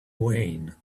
wayne